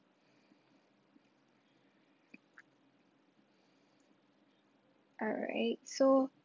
alright so